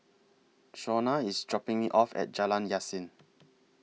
Shonna IS dropping Me off At Jalan Yasin